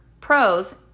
pros